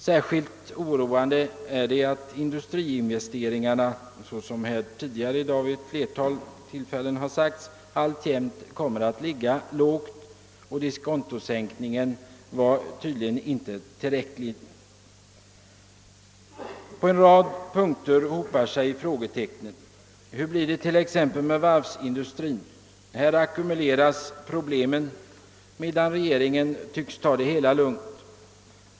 Särskilt oroande är det att industriinvesteringarna — såsom här i dag vid ett flertal tillfällen har sagts — alltjämt kommer att ligga lågt. Diskontosänkningen var tydligen inte tillräcklig. På en rad punkter hopar sig frågetecknen. Hur blir det till exempel med varvsindustrin? Här ackumuleras pro blemen medan regeringen tycks ta det hela lugnt.